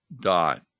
dot